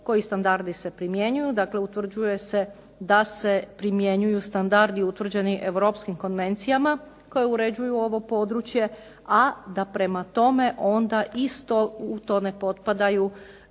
koji standardi se primjenjuju, dakle utvrđuje se da se primjenjuju standardi utvrđeni europskim konvencijama koje uređuju ovo područje, a da prema tome onda isto u to ne potpadaju